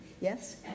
Yes